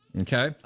Okay